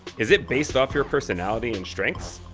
is it based off your personality and strengths?